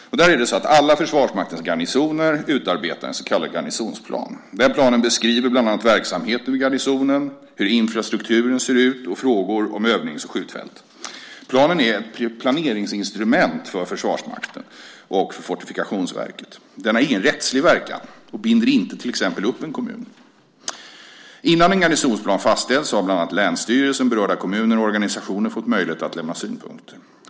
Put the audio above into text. Alla Försvarsmaktens garnisoner utarbetar en så kallad garnisonsplan. Denna plan beskriver bland annat verksamheten vid garnisonen, hur infrastrukturen ser ut och frågor om övnings och skjutfält. Planen är ett planeringsinstrument för Försvarsmakten och Fortifikationsverket. Den har ingen rättslig verkan och binder inte upp till exempel en kommun. Innan en garnisonsplan fastställs har bland andra länsstyrelsen, berörda kommuner och organisationer fått möjlighet att lämna synpunkter.